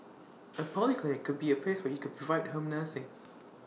A polyclinic could be A place where you could provide home nursing